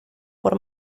por